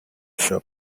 shop